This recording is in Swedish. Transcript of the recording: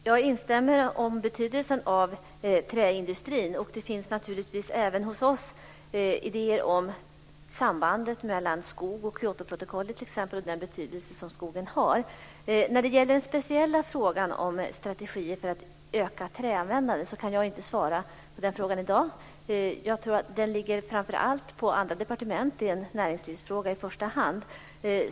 Herr talman! Jag instämmer i synpunkten på betydelsen av träindustrin. Det finns naturligtvis även hos oss idéer om sambandet mellan skog och Kyotoprotokollet t.ex. och om den betydelse som skogen har. Jag kan i dag inte svara på den speciella frågan om strategier för att öka träanvändandet. Jag tror att detta framför allt ligger på andra departement; det är en näringslivsfråga i första hand.